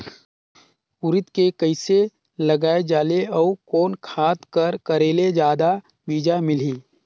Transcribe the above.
उरीद के कइसे लगाय जाले अउ कोन खाद कर करेले जादा बीजा मिलही?